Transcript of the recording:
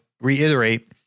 reiterate